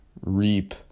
reap